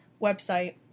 website